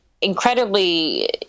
incredibly